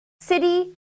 City